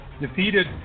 defeated